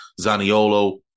Zaniolo